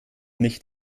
nicht